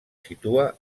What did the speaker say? situa